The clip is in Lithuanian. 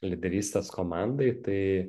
lyderystės komandai tai